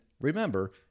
remember